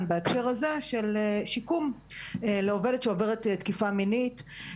בהקשר הזה של שיקום לעובדת זרה שעוברת תקיפה מינית.